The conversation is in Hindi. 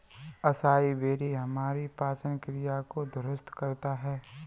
असाई बेरी हमारी पाचन क्रिया को दुरुस्त करता है